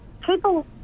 People